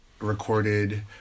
recorded